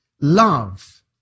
love